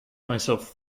myself